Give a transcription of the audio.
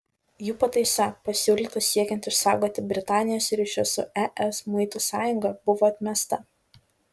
jų pataisa pasiūlyta siekiant išsaugoti britanijos ryšius su es muitų sąjunga buvo atmesta